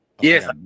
Yes